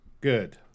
good